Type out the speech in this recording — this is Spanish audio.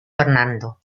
fernando